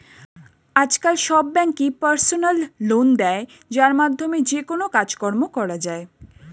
আজকাল সব ব্যাঙ্কই পার্সোনাল লোন দেয় যার মাধ্যমে যেকোনো কাজকর্ম করা যায়